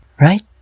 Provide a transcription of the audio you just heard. right